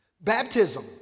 Baptism